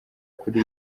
kuri